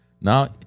Now